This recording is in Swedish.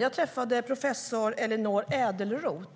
Jag träffade dock professor Ellinor Ädelroth.